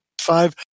Five